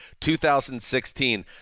2016